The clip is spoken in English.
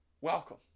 Welcome